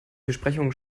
besprechungen